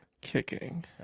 Kicking